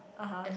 (uh huh)